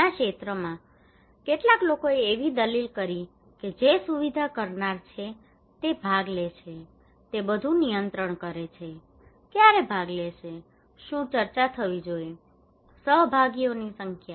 ઘણા ક્ષેત્રમાં કેટલાક લોકોએ એવી દલીલ કરી હતી કે જે સુવિધા કરનાર છે તે ભાગ લે છે તે બધું નિયંત્રિત કરે છે ક્યારે ભાગ લેશે શું ચર્ચા થવી જોઈએ સહભાગીઓની સંખ્યા